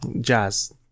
Jazz